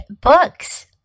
books